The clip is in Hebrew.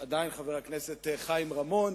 חיים רמון,